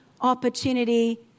opportunity